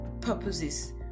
purposes